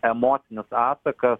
emocinis atsakas